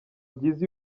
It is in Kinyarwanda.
byiza